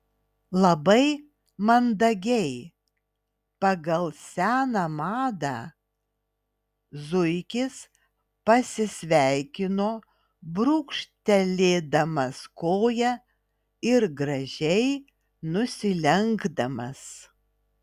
labai mandagiai pagal seną madą zuikis pasisveikino brūkštelėdamas koja ir gražiai nusilenkdamas